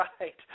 right